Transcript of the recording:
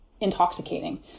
intoxicating